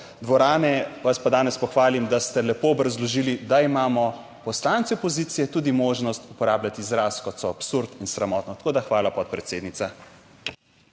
dvorane, vas pa danes pohvalim, da ste lepo obrazložili, da imamo poslanci opozicije tudi možnost uporabljati izraz kot so absurd in sramotno. Tako da, hvala podpredsednica.